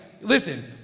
listen